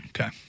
Okay